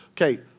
Okay